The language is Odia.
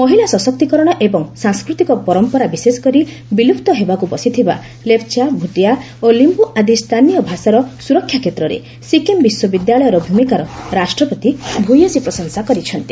ମହିଳା ସଶକ୍ତିକରଣ ଏବଂ ସାଂସ୍କୃତିକ ପରମ୍ପରା ବିଶେଷକରି ବିଲ୍ରପ୍ତ ହେବାକୃ ବସିଥିବା ଲେପ୍ଚା ଭୂତିଆ ଓ ଲିମ୍ବୁ ଆଦି ସ୍ଥାନୀୟ ଭାଷାର ସୁରକ୍ଷା କ୍ଷେତ୍ରରେ ସିକିମ ବିଶ୍ୱବିଦ୍ୟାଳୟର ଭୂମିକାର ରାଷ୍ଟ୍ରପତି ଭ୍ୟସୀ ପ୍ରଶଂସା କରିଛନ୍ତି